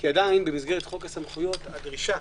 כי עדיין במסגרת חוק הסמכויות הדרישה